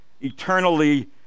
eternally